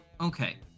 okay